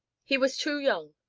he was too young,